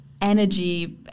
energy